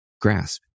grasp